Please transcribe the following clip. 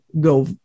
go